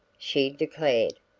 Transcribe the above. she declared.